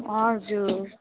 हजुर